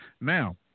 Now